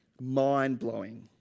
Mind-blowing